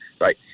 right